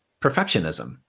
perfectionism